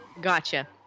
Gotcha